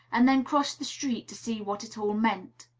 and then crossed the street to see what it all meant.